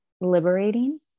liberating